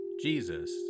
Jesus